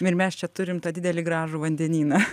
ir mes čia turim tą didelį gražų vandenyną